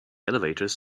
elevators